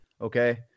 okay